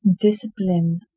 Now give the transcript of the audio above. discipline